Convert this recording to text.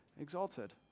exalted